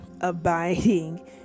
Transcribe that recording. abiding